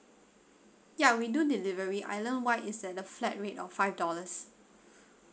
ya we do delivery island white is at the flat rate of five dollars